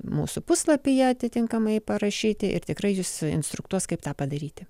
mūsų puslapyje atitinkamai parašyti ir tikrai jus instruktuos kaip tą padaryti